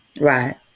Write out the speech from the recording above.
Right